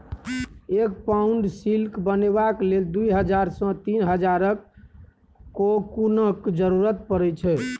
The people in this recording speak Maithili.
एक पाउंड सिल्क बनेबाक लेल दु हजार सँ तीन हजारक कोकुनक जरुरत परै छै